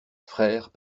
frères